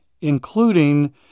including